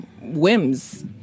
whims